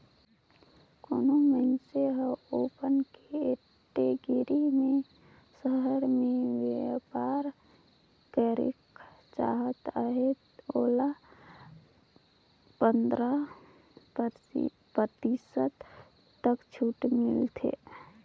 कोनो मइनसे हर ओपन कटेगरी में सहर में बयपार करेक चाहत अहे तेला पंदरा परतिसत तक छूट मिलथे